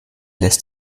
lässt